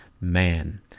man